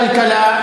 כלכלה,